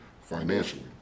financially